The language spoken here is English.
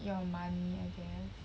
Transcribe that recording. your money I guess